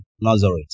Nazareth